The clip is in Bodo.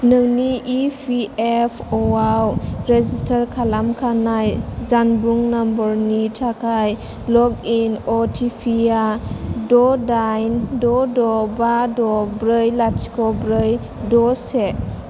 नोंनि इपिएफअ'आव रेजिस्टार खालामखानाय जानबुं नाम्बारनि थाखाय लग इन अटिपिआ द' डाइन द' द' बा द' ब्रै लाथिख' ब्रै द' से